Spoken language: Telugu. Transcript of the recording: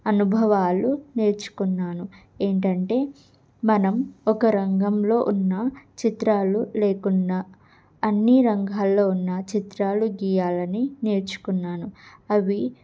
అనుభవాలు నేర్చుకున్నాను ఏంటంటే మనం ఒక రంగంలో ఉన్న చిత్రాలు లేకున్న అన్ని రంగాల్లో ఉన్న చిత్రాలు గీయాలని నేర్చుకున్నాను అవి